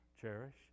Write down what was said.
cherish